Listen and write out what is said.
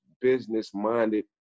business-minded